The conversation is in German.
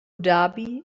dhabi